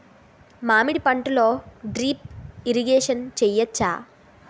మామిడి పంటలో drip irrigation చేయచ్చా?